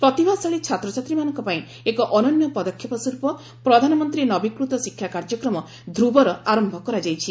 ପ୍ରତିଭାଶାଳୀ ଛାତ୍ରଛାତ୍ରୀମାନଙ୍କ ପାଇଁ ଏକ ଅନନ୍ୟ ପଦକ୍ଷେପ ସ୍ୱରୂପ ପ୍ରଧାନମନ୍ତ୍ରୀ ନବୀକୃତ ଶିକ୍ଷା କାର୍ଯ୍ୟକ୍ରମ ଧ୍ରବର ଆରମ୍ଭ କରାଯାଇଛି